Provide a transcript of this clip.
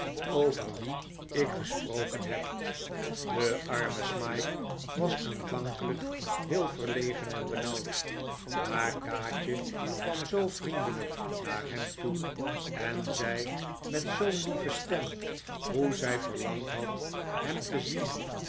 over wien ik gesproken heb de arme smike was aanvankelijk heel verlegen en benauwd maar kaatje kwam zoo vriendelijk naar hem toe en zei met zoo'n lieve stem hoe zij verlangd had hem te zien